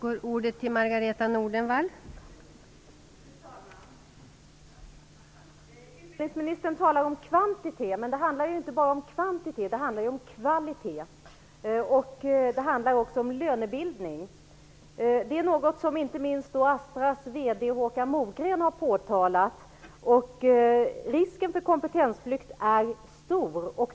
Fru talman! Utbildningsministern talar om kvantitet. Men det handlar ju inte bara om kvantitet, det handlar om kvalitet. Det handlar också om lönebildning. Det är något som inte minst Astras VD Håkan Mogren har påtalat. Risken för kompetensflykt är stor.